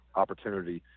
opportunity